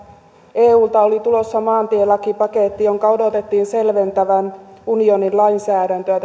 eulta oli tulossa maantielakipaketti jonka odotettiin selventävän unionin lainsäädäntöä